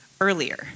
earlier